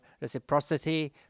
reciprocity